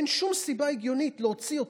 אין שום סיבה הגיונית להוציא אותם,